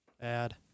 Add